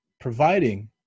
Providing